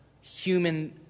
human